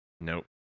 Nope